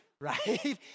right